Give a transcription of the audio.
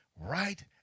right